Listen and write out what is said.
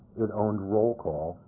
it owned roll call,